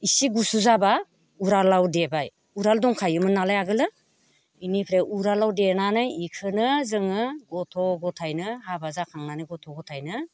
इसे गुसु जाबा उरालआव देबाय उराल दंखायोमोन नालाय आगोलो बेनिफ्राय उरालाव देनानै बेखौनो जोङो गथ' गथायनो हाबा जाखांनानै गथ' गथायनो